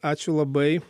ačiū labai